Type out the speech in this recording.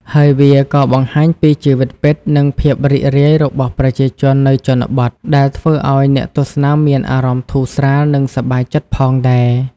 ហើយវាក៏បង្ហាញពីជីវិតពិត និងភាពរីករាយរបស់ប្រជាជននៅជនបទ ដែលធ្វើឱ្យអ្នកទស្សនាមានអារម្មណ៍ធូរស្រាល និងសប្បាយចិត្តផងដែរ។